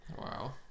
Wow